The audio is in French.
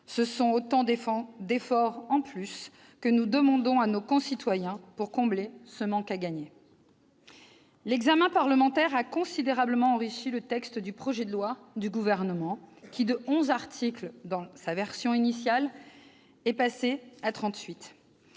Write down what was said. Ce sont autant d'efforts en plus que nous demandons à nos concitoyens pour combler ce manque à gagner. L'examen parlementaire a considérablement enrichi le texte du Gouvernement, qui, de onze articles dans sa version initiale, est passé à